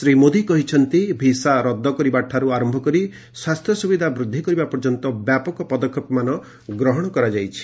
ଶ୍ରୀ ମୋଦୀ କହିଛନ୍ତି ବିଜା ରଦ୍ଦ କରିବାଠାରୁ ଆରମ୍ଭ କରି ସ୍ୱାସ୍ଥ୍ୟ ସୁବିଧା ବୃଦ୍ଧି କରିବା ପର୍ଯ୍ୟନ୍ତ ବ୍ୟାପକ ପଦକ୍ଷେପମାନ ଗ୍ରହଣ କରାଯାଇଛି